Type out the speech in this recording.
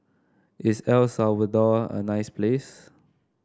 is El Salvador a nice place